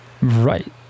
Right